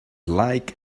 like